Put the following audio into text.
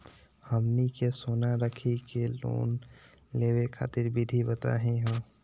हमनी के सोना रखी के लोन लेवे खातीर विधि बताही हो?